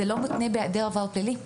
וזה לא מותנה בהיעדר עבר פלילי.